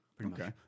Okay